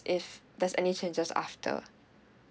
if there's any changes after